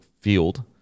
Field